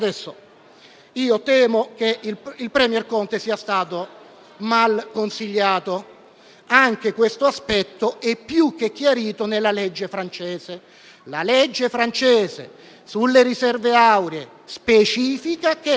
Temo che il *premier* Conte sia stato mal consigliato. Anche questo aspetto è più che chiarito nella legge francese, la quale sulle riserve auree specifica che